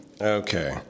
okay